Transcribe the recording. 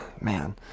Man